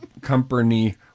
company